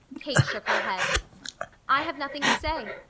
kate shook her head i have nothing to say.